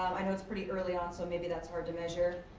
i know it's pretty early-on, so maybe that's hard to measure.